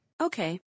Okay